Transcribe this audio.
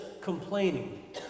complaining